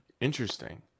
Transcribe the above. interesting